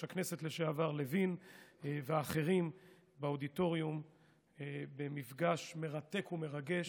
הכנסת לשעבר לוין והאחרים באודיטוריום במפגש מרתק ומרגש.